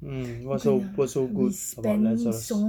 mm what's so what's so good about lazarus